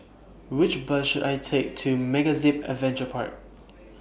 Which Bus should I Take to MegaZip Adventure Park